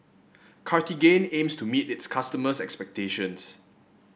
cartigain aims to meet its customers' expectations